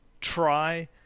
try